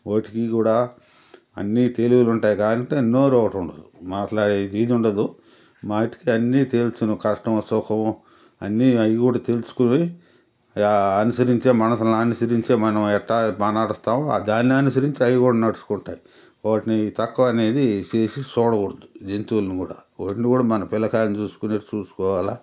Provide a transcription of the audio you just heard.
వాటికి కూడా అన్నీ తెలివిలు ఉంటాయి కానీ నోరు ఒకటి ఉండదు మాట్లాడే ఇది ఉండదు వాటికి అన్నీ తెలుసును కష్టము సుఖము అన్ని అవి కూడా తెలుసుకొని అనుసరించే మనుషులను అనుసరించే మనము ఎట్టా నడుస్తాము దాన్ని అనుసరించే అవి కూడా నడుచుకుంటాయి వాటిని తక్కువ అనేది చేసి చూడకూడదు జంతువులను కూడా వాటిని కూడా మన పిలకాయల్ని చూసుకున్నట్టు చూసుకోవాలా